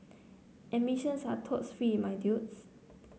admissions are totes free my dudes